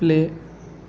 play